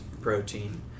protein